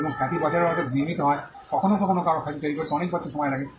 এবং খ্যাতি বছরের পর বছর ধরে নির্মিত হয় কখনও কখনও কারও খ্যাতি তৈরি করতে অনেক বছর সময় লাগে